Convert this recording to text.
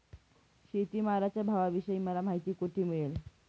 शेतमालाच्या भावाविषयी मला माहिती कोठे मिळेल?